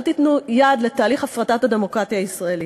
אל תיתנו יד לתהליך הפרטת הדמוקרטיה הישראלית.